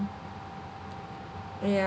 ya